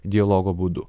dialogo būdu